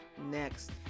next